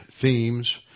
themes